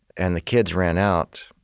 and the kids ran out,